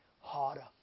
harder